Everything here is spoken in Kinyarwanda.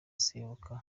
seyoboka